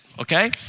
okay